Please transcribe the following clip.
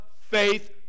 faith